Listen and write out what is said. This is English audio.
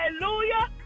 hallelujah